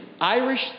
Irish